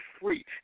free